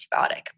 antibiotic